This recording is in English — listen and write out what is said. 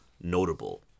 notable